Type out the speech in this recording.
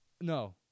No